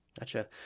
Gotcha